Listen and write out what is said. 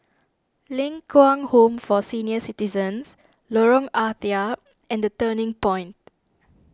Ling Kwang Home for Senior Citizens Lorong Ah Thia and the Turning Point